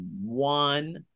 one